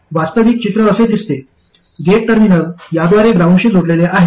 वास्तविक चित्र असे दिसते गेट टर्मिनल याद्वारे ग्राउंडशी जोडलेले आहे